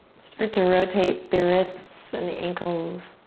start to rotate the wrists and the ankles.